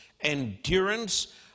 endurance